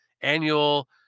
annual